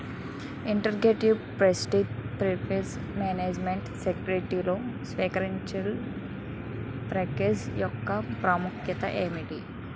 Integrated forest pest management స్ట్రాటజీలో silvicultural practice యెక్క ప్రాముఖ్యత ఏమిటి??